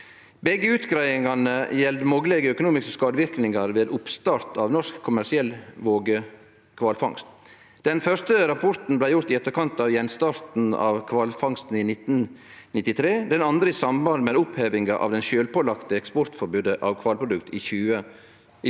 Begge utgreiingane gjeld moglege økonomiske skadeverknader ved oppstart av norsk kommersiell vågekvalfangst. Den første rapporten blei gjort i etterkant av gjenstart av kvalfangsten i 1993, den andre i samband med opphevinga av det sjølvpålagde eksportforbodet av kvalprodukt i 2001.